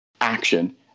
action